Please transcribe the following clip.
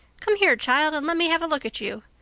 come here, child, and let me have a look at you.